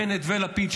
בנט ולפיד,